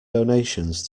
donations